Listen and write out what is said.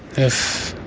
if